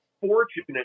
fortunate